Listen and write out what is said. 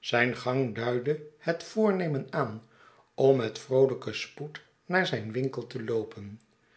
zijn gang duidde het voornemen aan om met vroolijken spoed naar zijn winkel te loopen